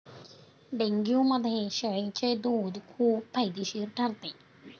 डेंग्यूमध्ये शेळीचे दूध खूप फायदेशीर ठरते